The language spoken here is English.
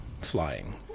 flying